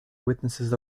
witnesses